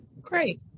Great